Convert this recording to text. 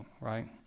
right